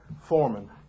Foreman